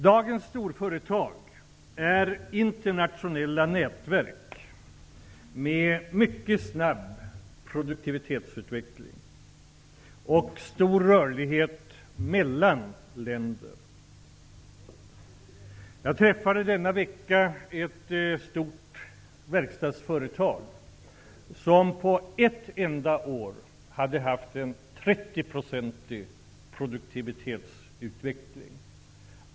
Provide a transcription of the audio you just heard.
Dagens storföretag är internationella nätverk med mycket snabb produktivitetsutveckling och stor rörlighet mellan länder. Jag träffade denna vecka representanter för ett stort verkstadsföretag som på ett enda år hade haft en 30-procentig produktivitetsutveckling.